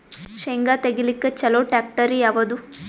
ಶೇಂಗಾ ತೆಗಿಲಿಕ್ಕ ಚಲೋ ಟ್ಯಾಕ್ಟರಿ ಯಾವಾದು?